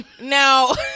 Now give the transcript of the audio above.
Now